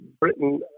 Britain